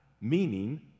meaning